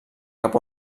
cap